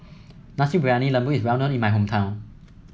Nasi Briyani Lembu is well known in my hometown